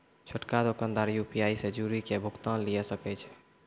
छोटका दोकानदार यू.पी.आई से जुड़ि के भुगतान लिये सकै छै